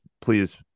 please